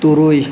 ᱛᱩᱨᱩᱭ